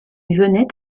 venaient